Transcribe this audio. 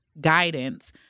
guidance